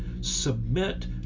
Submit